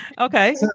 okay